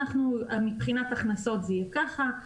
מבחינת ההכנסות זה יהיה ככה,